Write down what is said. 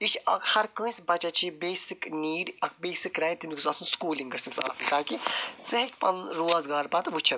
یہِ چھِ اکھ ہَر کٲنسہِ بَچَس چھِ یہِ بیسِک نیٖڈ اَکھ بیسِک رایٹ تٔمِس گوٚژھ آسُن سُکوٗلِنٛگ گٔژھ تٔمِس آسٕنۍ تاکہِ سُہ ہیٚکہِ پَنُن روزگار پَتہٕ وُچھِتھ